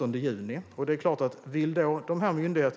Om myndigheterna